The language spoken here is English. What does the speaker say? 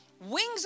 wings